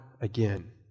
again